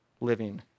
living